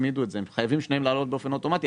שניהם חייבים לעלות באופן אוטומטי,